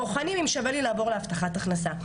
בוחנים אם שווה לי לעבור להבטחת הכנסה.